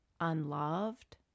unloved